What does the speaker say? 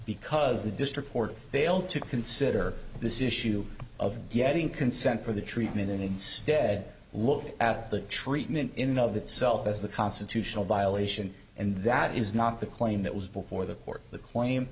because the district court failed to consider this issue of getting consent for the treatment and instead look at the treatment in of the itself as the constitutional violation and that is not the claim that was before the court the claim